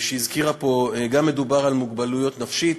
שגם הזכירה מוגבלות נפשית,